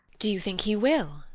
do you think he will?